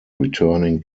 returning